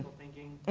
thinking